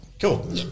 Cool